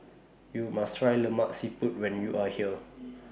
YOU must Try Lemak Siput when YOU Are here